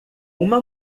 uma